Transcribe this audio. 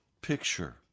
picture